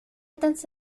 تنس